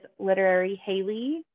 literaryhaley